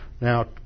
Now